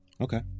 okay